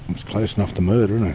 it's close enough to murder,